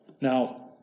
Now